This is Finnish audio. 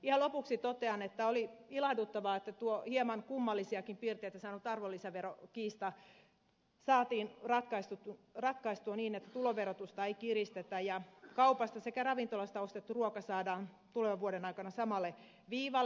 ihan lopuksi totean että oli ilahduttavaa että tuo hieman kummallisiakin piirteitä saanut arvonlisäverokiista saatiin ratkaistua niin että tuloverotusta ei kiristetä ja kaupasta sekä ravintolasta ostettu ruoka saadaan tulevan vuoden aikana samalle viivalle